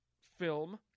film